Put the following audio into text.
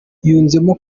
yunzemo